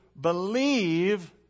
believe